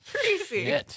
crazy